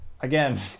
Again